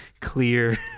clear